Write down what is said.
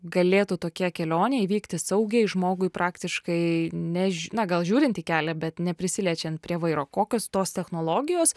galėtų tokia kelionė įvykti saugiai žmogui praktiškai neži na gal žiūrint į kelią bet neprisiliečiant prie vairo kokios tos technologijos